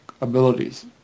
abilities